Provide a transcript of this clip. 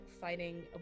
fighting